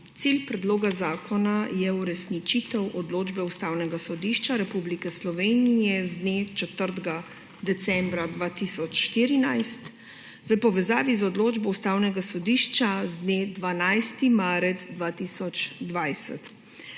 Cilj predloga zakona je uresničitev odločbe Ustavnega sodišča Republike Slovenije z dne 4. decembra 2014 v povezavi z odločbo Ustavnega sodišča z dne 12. marec 2020.